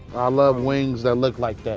love wings that look like that.